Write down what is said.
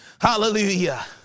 Hallelujah